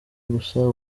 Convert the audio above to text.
gusa